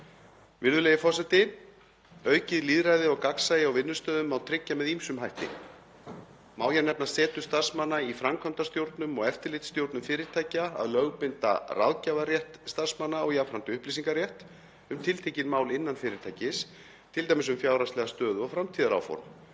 Virðulegi forseti. Aukið lýðræði og gagnsæi á vinnustöðum má tryggja með ýmsum hætti. Má hér nefna setu starfsmanna í framkvæmdastjórnum og eftirlitsstjórnum fyrirtækja, að lögbinda ráðgjafarrétt starfsmanna og jafnframt upplýsingarétt um tiltekin mál innan fyrirtækis, t.d. um fjárhagslega stöðu og framtíðaráform,